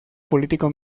político